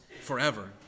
forever